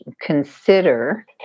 consider